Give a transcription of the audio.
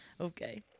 Okay